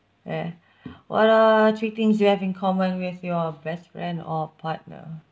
ya what are three things you have in common with your best friend or partner